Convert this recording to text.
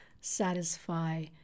satisfy